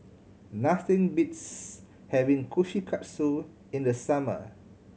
nothing beats having Kushikatsu in the summer